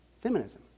Feminism